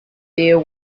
there